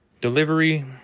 Delivery